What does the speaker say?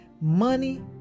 money